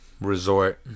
Resort